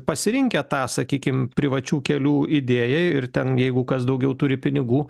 pasirinkę tą sakykim privačių kelių idėją ir ten jeigu kas daugiau turi pinigų